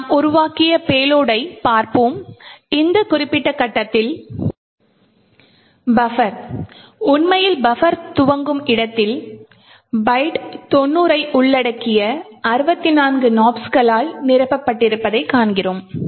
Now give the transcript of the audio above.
நாம் உருவாக்கிய பேலோடைப் பார்ப்போம் இந்த குறிப்பிட்ட கட்டத்தில் பஃபர் உண்மையில் பஃபர் துவங்கும் இடத்தில் பைட் 90 ஐ உள்ளடக்கிய 64 nops களால் நிரப்பப்பட்டிருப்பதைக் காண்கிறோம்